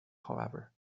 however